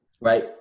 right